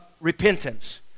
repentance